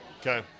okay